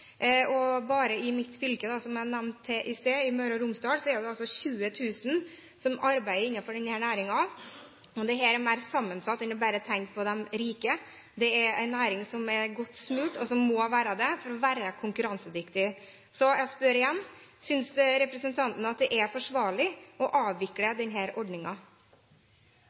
i mitt fylke, Møre og Romsdal, er det altså, som jeg nevnte i sted, 20 000 som arbeider innenfor denne næringen. Så dette er mer sammensatt enn bare å skulle tenke på de rike. Det er en næring som er godt smurt, og som må være det for å være konkurransedyktig. Så jeg spør igjen: Synes representanten at det er forsvarlig å avvikle